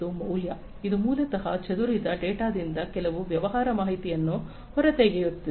ಮತ್ತು ಮೌಲ್ಯ ಇದು ಮೂಲತಃ ಚದುರಿದ ಡೇಟಾದಿಂದ ಕೆಲವು ವ್ಯವಹಾರ ಮಾಹಿತಿಯನ್ನು ಹೊರತೆಗೆಯುತ್ತಿದೆ